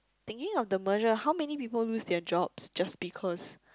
thinking of the merger how many people lose their jobs just because